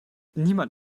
niemand